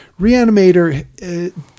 Reanimator